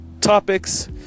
topics